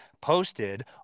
posted